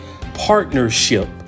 partnership